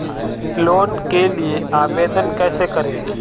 Loan के लिए आवेदन कैसे करें?